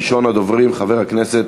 ראשון הדוברים, חבר הכנסת